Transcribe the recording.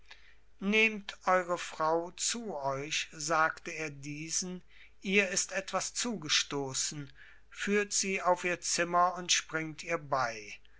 nehmt eure frau zu euch sagte er diesen ihr ist etwas zugestoßen führt sie auf ihr zimmer und springt ihr bei